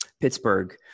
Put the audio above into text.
Pittsburgh